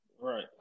Right